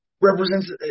represents